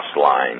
line